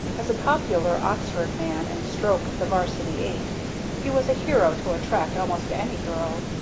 as a popular oxford man and stroke of the varsity eight he was a hero to attract almost any girl.